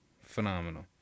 phenomenal